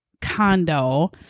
condo